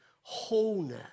wholeness